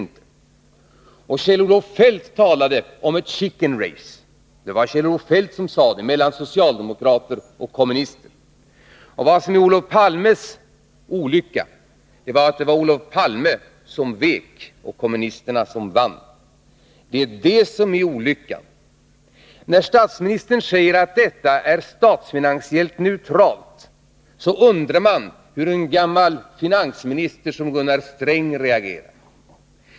Kjell-Olof Feldt talade om ett ”chicken race” mellan socialdemokrater och kommunister. Vad som är Olof Palmes olycka är att det var han som vek och kommunisterna som vann. När statsministern säger att genomförandet av de fyra löftena är statsfinansiellt neutralt, undrar man hur en gammal finansminister som Gunnar Sträng reagerar.